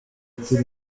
ati